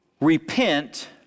Repent